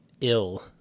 Ill